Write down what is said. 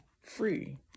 free